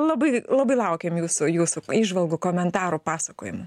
labai labai laukiam jūsų jūsų įžvalgų komentarų pasakojimų